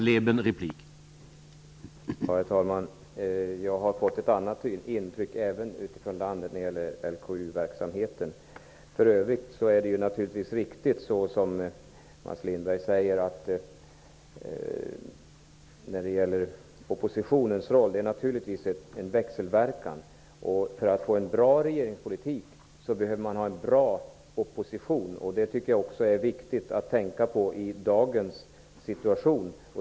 Herr talman! Jag har fått ett annat intryck av LKU verksamheten ute i landet. För övrigt är det naturligtvis riktigt, som Mats Lindberg säger, att det när det gäller oppositionens roll naturligtvis är fråga om en växelverkan. För att få en bra regeringspolitik behöver man ha en bra opposition. Det är också viktigt att tänka på i dagens situation.